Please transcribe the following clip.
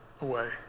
away